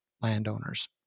landowners